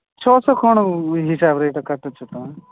ଛଅଶହ କ'ଣ ହିସାବରେ ଇଟା କାଟୁଛ ତୁମେ